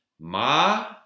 ma